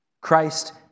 Christ